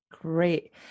Great